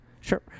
Sure